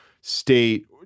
state